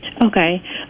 Okay